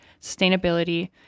sustainability